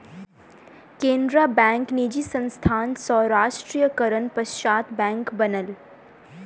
Canara bank निजी संस्थान सॅ राष्ट्रीयकरणक पश्चात बैंक बनल